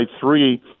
three